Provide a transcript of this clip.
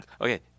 okay